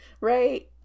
right